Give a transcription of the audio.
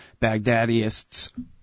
Baghdadiists